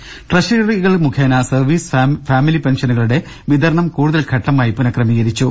ദ്രദ ട്രഷറികൾ മുഖേന service family പെൻഷനുകളുടെ വിതരണം കൂടുതൽ ഘട്ടമായി പുനഃക്രമീകരിച്ചു